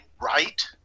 right